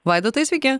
vaidotai sveiki